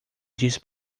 disse